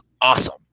awesome